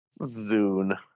Zune